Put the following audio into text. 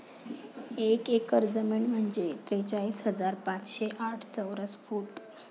एक एकर जमीन म्हणजे त्रेचाळीस हजार पाचशे साठ चौरस फूट